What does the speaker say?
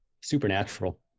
Supernatural